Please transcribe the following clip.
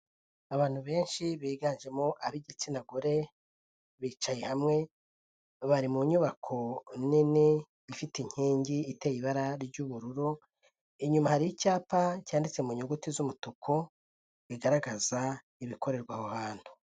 Abantu benshi, biganjemo ab'igitsina gore, bicaye hamwe bari mu nyubako nini ifite inkingi iteye ibara ry'ubururu, inyuma hari icyapa cyanditse mu nyuguti z'umutuku, bigaragaza ibikorerwa aho hantu.